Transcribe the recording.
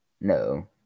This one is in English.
No